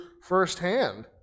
firsthand